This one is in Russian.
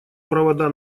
провода